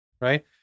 right